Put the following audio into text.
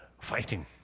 fighting